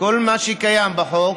כל מה שקיים בחוק